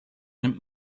nimmt